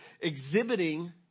exhibiting